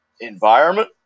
environment